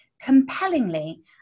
compellingly